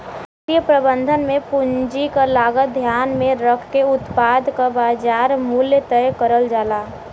वित्तीय प्रबंधन में पूंजी क लागत ध्यान में रखके उत्पाद क बाजार मूल्य तय करल जाला